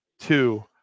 Two